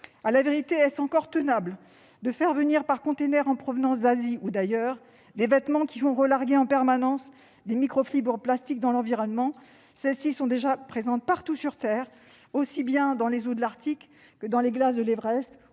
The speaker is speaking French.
À la vérité, est-il encore tenable de faire venir par container, en provenance d'Asie ou d'ailleurs, des vêtements qui rejetteront en permanence des microfibres plastiques dans l'environnement ? Celles-ci sont déjà présentes partout sur terre, aussi bien dans les eaux de l'Arctique que dans les glaces de l'Everest